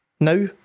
now